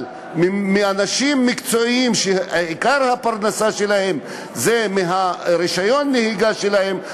אבל מאנשים מקצועיים שעיקר הפרנסה שלהם היא מרישיון הנהיגה שלהם,